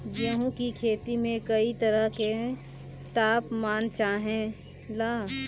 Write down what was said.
गेहू की खेती में कयी तरह के ताप मान चाहे ला